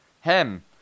Hem